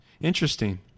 Interesting